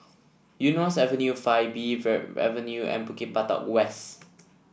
Eunos Avenue Five B Verde Avenue and Bukit Batok West